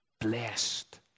Blessed